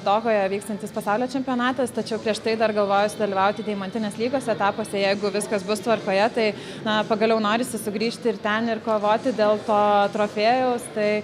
dohoje vykstantis pasaulio čempionatas tačiau prieš tai dar galvoju dalyvauti deimantinės lygos etapuose jeigu viskas bus tvarkoje tai na pagaliau norisi sugrįžti ir ten ir kovoti dėl to trofėjaus tai